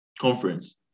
conference